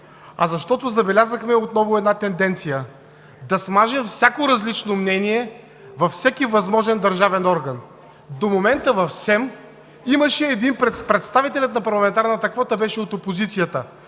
а защото забелязахме отново една тенденция – да смажем всяко различно мнение във всеки възможен държавен орган. До момента в СЕМ представителят на парламентарната квота беше от опозицията